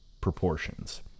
proportions